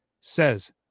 says